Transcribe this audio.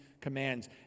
commands